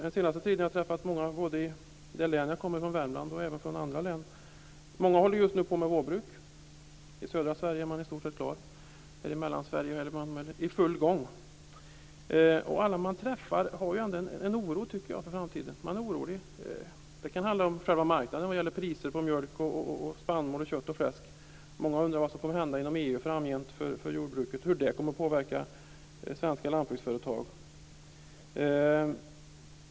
Den senaste tiden har jag träffat många både i det län jag kommer ifrån, Värmland, och i andra länd. Många håller just nu på med vårbruket. I södra Sverige är man i stort sett klar, och i Mellansverige är man i full gång. Alla jag träffar har ändå en oro för framtiden. Det han handla om själva marknaden, priser på mjölk, spannmål, kött och fläsk. Många undrar vad som kommer att hända inom EU framgent för jordbruket och hur det kommer att påverka svenska lantbruksföretag.